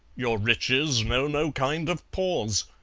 your riches know no kind of pause,